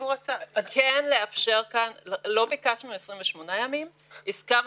כולנו היינו סטודנטים פעם,